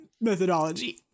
methodology